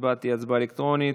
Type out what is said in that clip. ההצבעה תהיה הצבעה אלקטרונית.